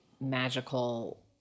magical